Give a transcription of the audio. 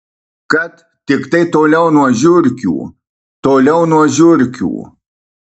kad tiktai toliau nuo žiurkių toliau nuo žiurkių